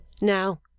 now